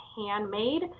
handmade